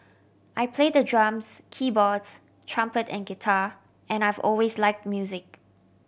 I play the drums keyboards trumpet and guitar and I've always like music